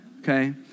Okay